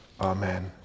Amen